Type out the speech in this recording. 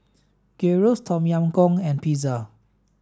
Gyros Tom Yam Goong and Pizza